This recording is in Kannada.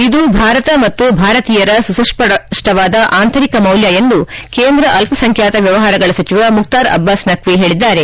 ಇದು ಭಾರತ ಮತ್ತು ಭಾರತೀಯರ ಸುಸ್ಪಷ್ಟವಾದ ಆಂತರಿಕ ಮೌಲ್ತ ಎಂದು ಕೆಂದ್ರ ಅಲ್ಪ ಸಂಖ್ಯಾತ ವ್ಯವಹಾರಗಳ ಸಚಿವ ಮುಕ್ತಾರ್ ಅಬ್ವಾಸ್ ನಕ್ಷಿ ಹೇಳಿದ್ದಾರೆ